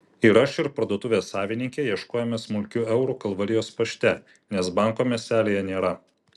ir aš ir parduotuvės savininkė ieškojome smulkių eurų kalvarijos pašte nes banko miestelyje nėra